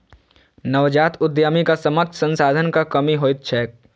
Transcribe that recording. नवजात उद्यमीक समक्ष संसाधनक कमी होइत छैक